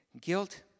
guilt